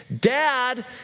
Dad